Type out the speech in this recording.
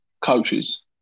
coaches